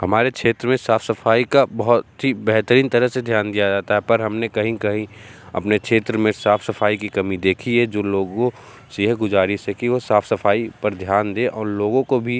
हमारे क्षेत्र में साफ़ सफ़ाई का बहुत ही बेहतरीन तरह से ध्यान दिया जाता है पर हम ने कहीं कहीं अपने क्षेत्र में साफ़ सफ़ाई की कमी देखी है जो लोगों से यह गुज़ारिश है कि वो साफ़ सफ़ाई पर ध्यान दें और लोगों को भी